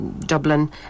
Dublin